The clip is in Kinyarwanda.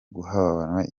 guhabwa